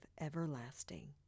everlasting